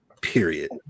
period